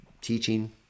teaching